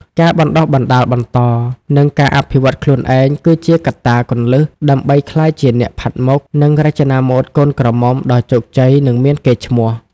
ការបណ្តុះបណ្តាលបន្ត និងការអភិវឌ្ឍន៍ខ្លួនឯងគឺជាកត្តាគន្លឹះដើម្បីក្លាយជាអ្នកផាត់មុខ និងរចនាម៉ូដកូនក្រមុំដ៏ជោគជ័យ និងមានកេរ្តិ៍ឈ្មោះ។